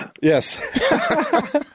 Yes